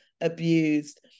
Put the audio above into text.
abused